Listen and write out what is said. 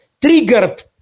triggered